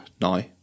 now